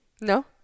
No